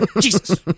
Jesus